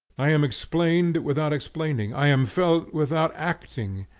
i am explained without explaining, i am felt without acting,